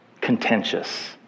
contentious